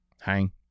Hang